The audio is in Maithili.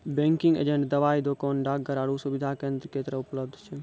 बैंकिंग एजेंट दबाइ दोकान, डाकघर आरु सुविधा केन्द्रो के तरह उपलब्ध छै